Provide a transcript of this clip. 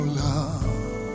love